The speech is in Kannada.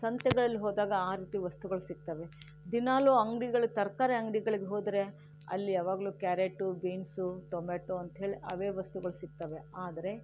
ಸಂತೆಗಳಲ್ಲಿ ಹೋದಾಗ ಆ ರೀತಿ ವಸ್ತುಗಳು ಸಿಗ್ತವೆ ದಿನಾಲೂ ಅಂಗಡಿಗಳು ತರಕಾರಿ ಅಂಗಡಿಗಳಿಗೆ ಹೋದರೆ ಅಲ್ಲಿ ಯಾವಾಗಲೂ ಕ್ಯಾರೇಟ್ ಬೀನ್ಸ್ ಟೊಮಾಟೋ ಅಂತ್ಹೇಳಿ ಅವೇ ವಸ್ತುಗಳು ಸಿಗ್ತವೆ ಆದರೆ